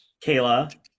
kayla